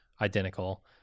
identical